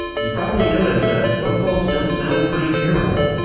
you've probably noticed that phone calls still sound pretty terrible.